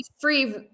free